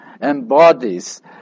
embodies